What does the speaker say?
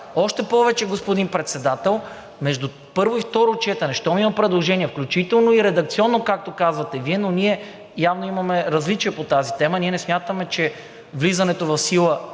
Още повече, господин Председател, между първо и второ четене, щом има предложения, включително и редакционно, както казвате Вие, но ние явно имаме различия по тази тема, ние не смятаме, че влизането в сила